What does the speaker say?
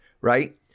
right